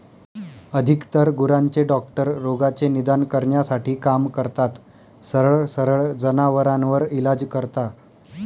अधिकतर गुरांचे डॉक्टर रोगाचे निदान करण्यासाठी काम करतात, सरळ सरळ जनावरांवर इलाज करता